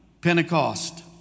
Pentecost